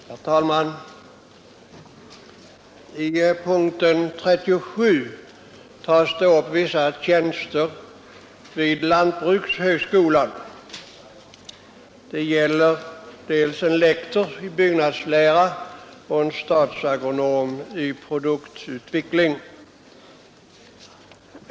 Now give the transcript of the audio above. Herr talman! Under punkten 37 tas upp vissa tjänster vid lantbrukshögskolan. Det gäller en lektor i byggnadslära och en statsagronom i produktutveckling.